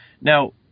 Now